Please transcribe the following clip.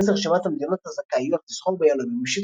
להיכנס לרשימת המדינות הזכאיות לסחור ביהלומים בשטחה.